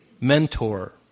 mentor